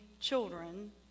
children